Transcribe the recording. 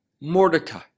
Mordecai